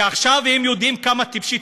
שעכשיו הם יודעים כמה היא טיפשית,